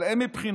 אבל הם מבחינתכם